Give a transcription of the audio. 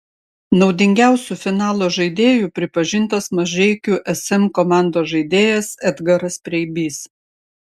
naudingiausiu finalo žaidėju pripažintas mažeikių sm komandos žaidėjas edgaras preibys